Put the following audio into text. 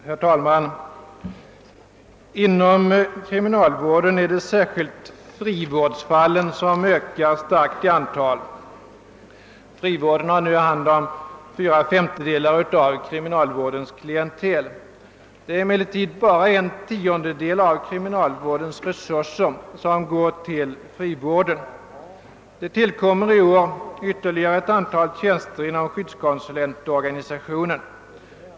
Herr talman! Inom kriminalvården ökar särskilt frivårdsfallen starkt i antal. Frivården har nu hand om fyra femtedelar av kriminalvårdens klientel, medan bara en tiondel av kriminalvårdens resurser går till denna vårdform. I år tillkommer ytterligare ett antal tjänster inom skyddskonsulentorganisationen.